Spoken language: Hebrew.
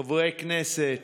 חברי כנסת,